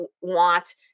want